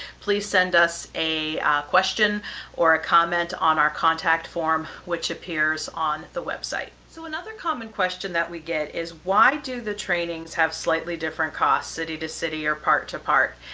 please send us a question or a comment on our contact form which appears on the website. so another common question that we get is, why do the trainings have slightly different costs, city to city or part to part?